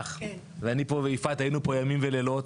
שלך ואני ויפעת פה היינו ימים ולילות.